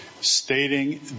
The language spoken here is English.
stating